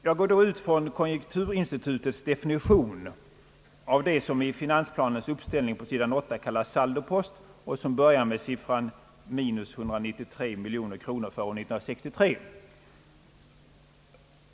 Jag utgår då från konjunkturinstitutets definition av det som i finansdepartementets uppställning kallas saldopost och som börjar med siffran minus 193 miljoner för år 1963.